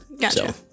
Gotcha